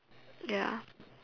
ya